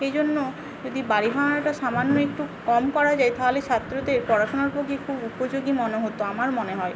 এইজন্য যদি বাড়ি ভাড়াটা সামান্য একটু কম করা যায় তাহলে ছাত্রদের পড়াশোনার প্রতি খুব উপযোগী মনে হত আমার মনে হয়